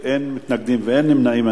אין מתנגדים, אין נמנעים.